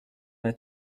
m’a